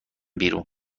بیرون